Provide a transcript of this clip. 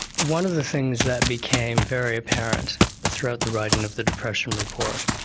one of the things that became very apparent throughout the writing of the depression report,